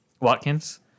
Watkins